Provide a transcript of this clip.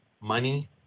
money